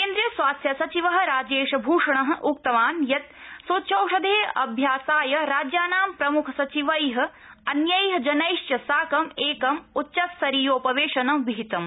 केन्द्रिय स्वास्थ्य सचिव राजेशभूषण उक्तवान् यत् सूच्यौषधे अभ्यासाय राज्यानां प्रमुख सचिवै अन्यै जनैश्व साकं एकं उच्चस्तरीयोपवेशनं विहितम्